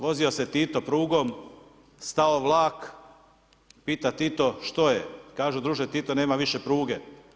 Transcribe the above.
Vozio se Tito prugom, stao vlak, pita Tito što je, kažu druže Tito nema više pruge.